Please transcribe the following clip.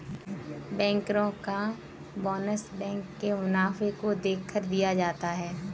बैंकरो का bonus bank के मुनाफे को देखकर दिया जाता है